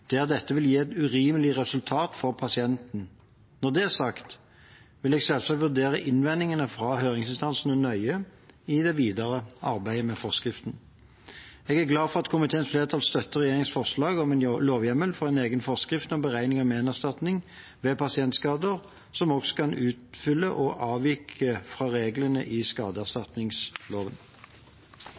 dette vil gi et urimelig resultat for pasienten. Når det er sagt, vil jeg selvsagt vurdere innvendingene fra høringsinstansene nøye i det videre arbeidet med forskriften. Jeg er glad for at komiteens flertall støtter regjeringens forslag om en lovhjemmel for en egen forskrift om beregning av menerstatning ved pasientskader som også kan utfylle og avvike fra reglene i skadeerstatningsloven.